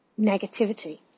negativity